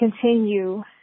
continue